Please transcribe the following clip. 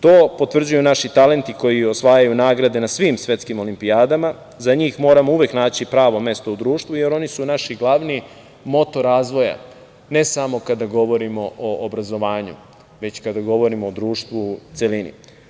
To potvrđuju naši talenti koji osvajaju nagrade na svim svetskim olimpijadama, za njih moramo uvek naći pravo mesto u društvu, jer oni su naši glavni moto razvoja, ne samo kada govorim o obrazovanju, već kada govorimo o društvu u celini.